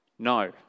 No